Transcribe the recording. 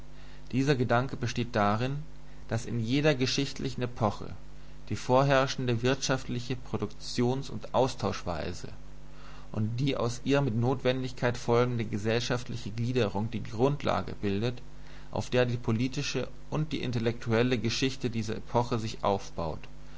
dieser gedanke besteht darin daß in jeder geschichtlichen epoche die vorherrschende wirtschaftliche produktions und austauschweise und die aus ihr mit notwendigkeit folgende gesellschaftliche gliederung die grundlage bildet auf der die politische und die intellektuelle geschichte dieser epoche sich aufbaut